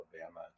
Alabama